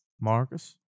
Marcus